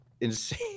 insane